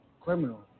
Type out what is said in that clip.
criminal